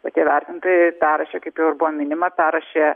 o tie vertintojai perrašė kaip jau ir buvo minima perrašė